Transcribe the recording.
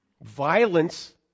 Violence